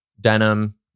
denim